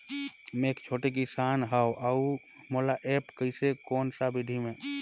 मै एक छोटे किसान हव अउ मोला एप्प कइसे कोन सा विधी मे?